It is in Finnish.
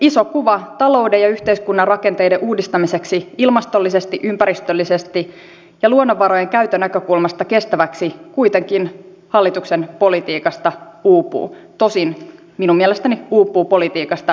iso kuva talouden ja yhteiskunnan rakenteiden uudistamiseksi ilmastollisesti ympäristöllisesti ja luonnonvarojen käytön näkökulmasta kestäväksi kuitenkin hallituksen politiikasta uupuu tosin minun mielestäni uupuu politiikasta ylipäätänsä